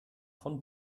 von